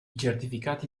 certificati